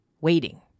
waiting